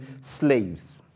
slaves